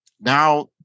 Now